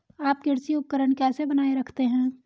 आप कृषि उपकरण कैसे बनाए रखते हैं?